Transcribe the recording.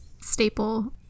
staple